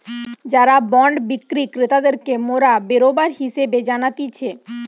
যারা বন্ড বিক্রি ক্রেতাদেরকে মোরা বেরোবার হিসেবে জানতিছে